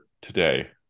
today